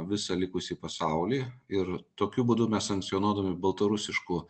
visą likusį pasaulį ir tokiu būdu mes sankcionuodami baltarusiškų